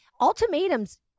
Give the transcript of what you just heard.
ultimatums